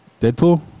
Deadpool